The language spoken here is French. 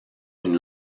une